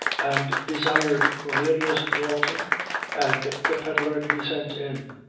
and desired cornelius dalton and the pedlar to be sent in.